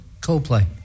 Coldplay